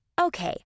Okay